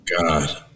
God